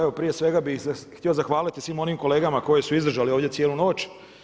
Evo, prije svega bih se htio zahvaliti svim onim kolegama koji su izdržali ovdje cijelu noć.